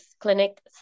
clinic